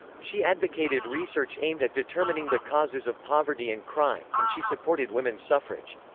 she advocated research aimed at determining the causes of poverty and crime, and she supported women's suffrage.